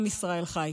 עם ישראל חי.